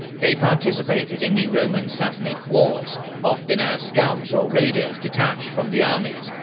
they participated in the roman-sassanid wars, often as scouts or raiders detached from the armies,